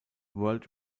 world